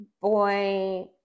boy